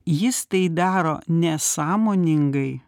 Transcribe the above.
jis tai daro nesąmoningai